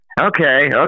Okay